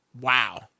Wow